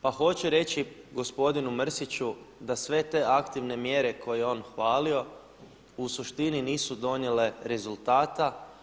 Pa hoću reći gospodinu Mrsiću da sve te aktivne mjere koje je on hvalio u suštini nisu donijele rezultata.